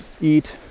eat